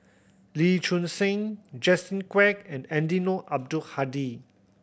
Lee Choon Seng Justin Quek and Eddino Abdul Hadi